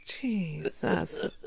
Jesus